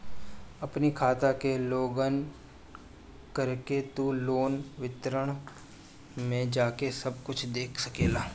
अपनी खाता के लोगइन करके तू लोन विवरण में जाके सब कुछ देख सकेला